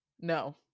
No